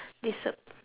disa